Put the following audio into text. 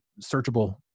searchable